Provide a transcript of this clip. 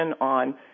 on